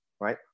right